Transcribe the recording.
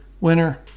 winner